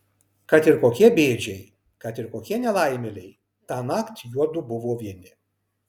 kad ir kokie bėdžiai kad ir kokie nelaimėliai tąnakt juodu buvo vieni